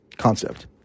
concept